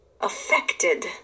affected